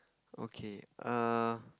okay err